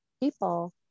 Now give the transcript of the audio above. people